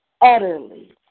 Utterly